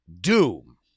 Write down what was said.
doom